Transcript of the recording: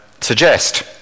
suggest